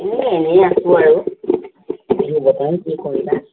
এই এনেই আছোঁ আৰু এই বৰ্তমান কি কৰিবা